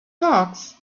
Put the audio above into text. hawks